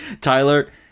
Tyler